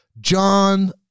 John